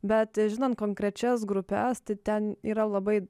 bet žinant konkrečias grupes tai ten yra labai